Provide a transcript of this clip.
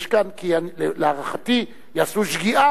כי להערכתי יעשו שגיאה,